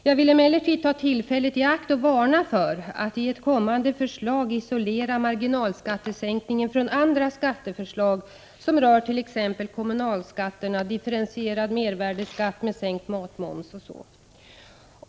Jag vill emellertid ta tillfället i akt och varna för att marginalskattesänkningen i ett kommande förslag isoleras från andra skatteförslag, som rör t.ex. kommunalskatterna och differentierad mervärdeskatt med sänkt matmoms.